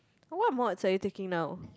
what mods are you taking now